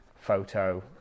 Photo